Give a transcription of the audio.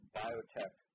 biotech